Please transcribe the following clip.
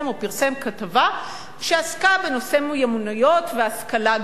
פרסם כתבה שעסקה בנושא מיומנויות והשכלה גבוהה.